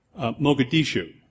Mogadishu